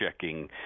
checking